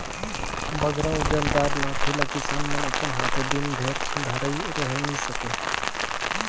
बगरा ओजन दार लाठी ल किसान मन अपन हाथे दिन भेर धइर रहें नी सके